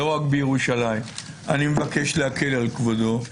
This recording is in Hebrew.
אני מבקש להקל על כבודו,